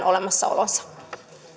olemassaolonsa